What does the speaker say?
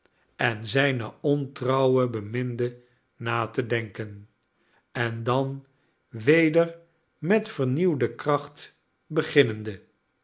en zijne ontrouwe beminde na te denken en dan weder met vernieuwde kracht beginnende